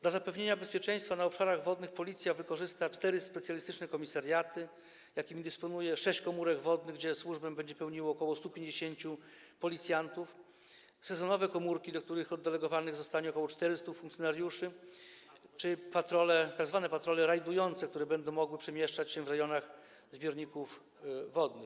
Dla zapewnienia bezpieczeństwa na obszarach wodnych policja wykorzysta cztery specjalistyczne komisariaty, jakimi dysponuje, sześć komórek wodnych, gdzie służbę będzie pełniło ok. 150 policjantów, sezonowe komórki, do których oddelegowanych zostanie ok. 400 funkcjonariuszy, czy tzw. patrole rajdujące, które będą mogły przemieszczać się w rejonach zbiorników wodnych.